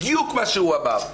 בדיוק מה שהוא אמר,